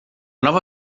nova